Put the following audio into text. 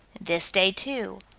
this day, too,